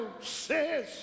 says